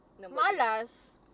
Malas